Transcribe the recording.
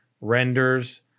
renders